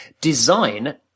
Design